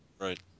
right